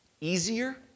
Easier